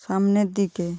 সামনের দিকে